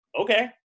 Okay